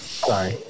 Sorry